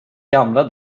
gamla